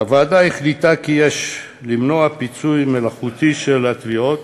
הוועדה החליטה כי יש למנוע פיצול מלאכותי של התביעות